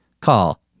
call